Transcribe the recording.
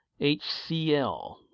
HCL